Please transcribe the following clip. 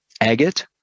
agate